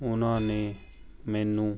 ਉਨ੍ਹਾਂ ਨੇ ਮੈਨੂੰ